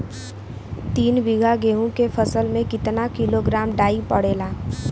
तीन बिघा गेहूँ के फसल मे कितना किलोग्राम डाई पड़ेला?